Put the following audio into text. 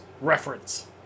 reference